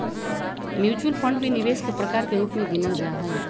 mutual fund भी निवेश के प्रकार के रूप में गिनल जाहई